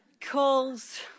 calls